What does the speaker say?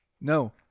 No